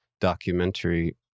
documentary